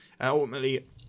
ultimately